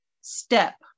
step